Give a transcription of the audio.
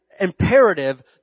imperative